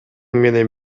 менен